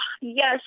yes